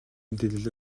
мэдээлэл